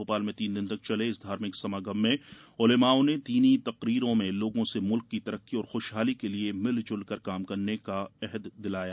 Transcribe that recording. भोपाल में तीन दिन तक चले इस धार्मिक समागम में उलेमाओं ने दीनी तकरीरों में लोगों से मुल्क की तरक्की और खुशहाली के लिए मिलजुलकर काम करने का अहद दिलाया